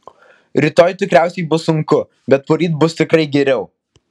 rytoj tikriausiai bus sunku bet poryt bus tikrai geriau